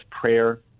prayer